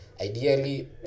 Ideally